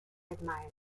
admired